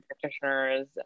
practitioners